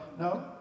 no